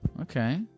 okay